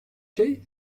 şey